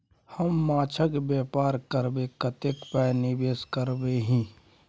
हम माछक बेपार करबै कतेक पाय निवेश करबिही?